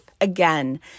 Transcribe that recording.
again